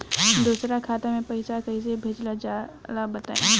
दोसरा खाता में पईसा कइसे भेजल जाला बताई?